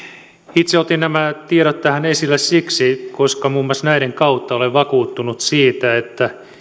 itse otin nämä tiedot tähän esille siksi koska muun muassa näiden kautta olen vakuuttunut siitä että